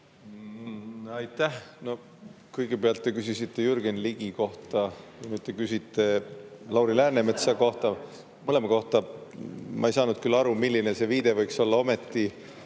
Aitäh! Kõigepealt te küsisite Jürgen Ligi kohta, nüüd te küsite Lauri Läänemetsa kohta, mõlema kohta. Ma ei saa nüüd küll aru, milline see viide võiks olla ometi,